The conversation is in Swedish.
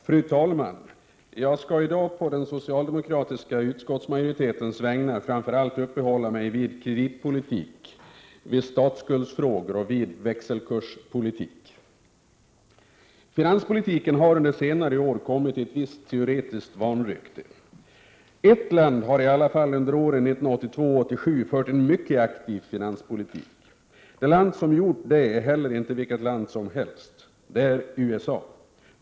Fru talman! Jag skall i dag på den socialdemokratiska utskottsmajoritetens vägnar framför allt uppehålla mig vid kreditpolitik, statsskuldsfrågor och växelkurspolitik. Finanspolitiken har under senare år kommit i ett visst teoretiskt vanrykte. Ett land har dock under åren 1982-1987 fört en mycket aktiv finanspolitik. Det land som har gjort detta är inte heller vilket land som helst. Det är USA.